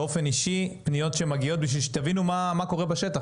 באופן אישי פניות שמגיעות בשביל שתבינו מה קורה בשטח.